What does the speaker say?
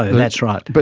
ah and that's right. but